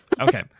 Okay